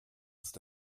ist